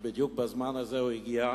שבדיוק מבקר כאן ג'ימי קרטר,